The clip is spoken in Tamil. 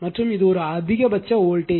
மற்றும் இது ஒரு அதிகபட்ச வோல்டேஜ்